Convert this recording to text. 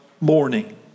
morning